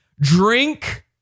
Drink